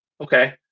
okay